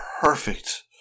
perfect